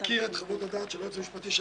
גם על כל ההתנהלות בתיק ההשקעות?